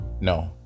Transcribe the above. No